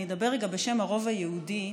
אני אדבר רגע בשם הרוב היהודי,